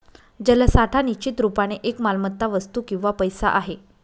जलसाठा निश्चित रुपाने एक मालमत्ता, वस्तू किंवा पैसा आहे